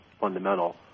fundamental